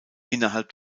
innerhalb